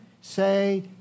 say